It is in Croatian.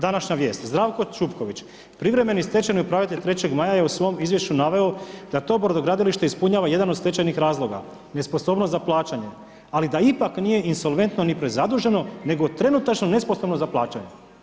Današnja vijest, Zdravko Čupković, privremeni stečajni upravitelj Trećeg maja je u svoj izvješću naveo da to brodogradilište ispunjava jedan od stečajnih razlog, nesposobnost za plaćanje ali da ipak nije insolventno ni prezaduženo nego trenutačno nesposobno za plaćanje.